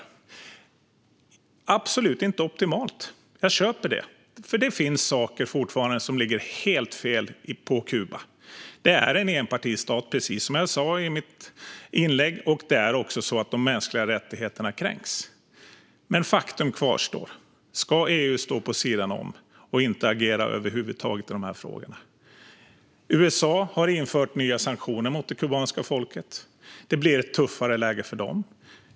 Avtalet är absolut inte optimalt - jag köper det - för det finns fortfarande saker som ligger helt fel på Kuba. Det är en enpartistat, precis som jag sa i mitt inlägg, och de mänskliga rättigheterna kränks. Men faktum kvarstår: Ska EU stå vid sidan om och inte agera över huvud taget i dessa frågor? USA har infört nya sanktioner mot det kubanska folket. Det blir ett tuffare läge för dem.